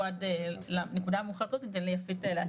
עד לנקודה הברוכה הזאת אני אתן ליפית להקריא.